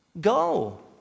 Go